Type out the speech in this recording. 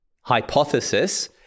hypothesis